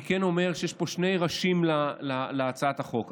אני כן אומר שיש פה שני ראשים להצעת החוק.